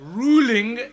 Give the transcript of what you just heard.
ruling